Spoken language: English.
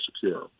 secure